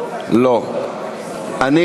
לא, בסוף.